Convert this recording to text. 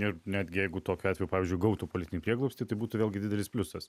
ir netgi jeigu tokiu atveju pavyzdžiui gautų politinį prieglobstį tai būtų vėlgi didelis pliusas